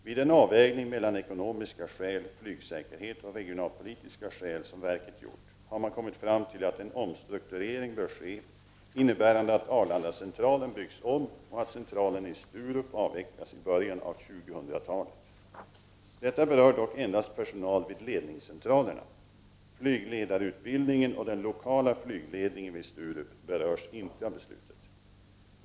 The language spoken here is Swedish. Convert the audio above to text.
Vid den avvägning mellan ekonomiska skäl, flygsäkerhet och regionalpolitiska skäl som verket gjort har man kommit fram till att en omstrukturering bör ske innebärande att Arlandacentralen byggs om och att centralen i Sturup avvecklas i början av 2000-talet. Detta berör dock endast personal vid ledningscentralen. Flygledarutbildningen och den lokala flygledningen vid Sturup berörs inte av beslutet.